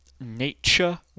nature